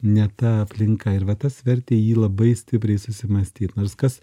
ne ta aplinka ir va tas vertė jį labai stipriai susimąstyt nors kas